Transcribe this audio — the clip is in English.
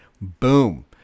Boom